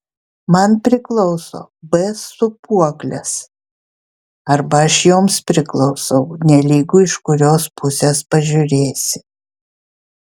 man priklauso b sūpuoklės arba aš joms priklausau nelygu iš kurios pusės pažiūrėsi